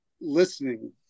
listening